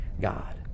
God